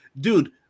dude